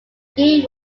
game